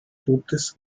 totes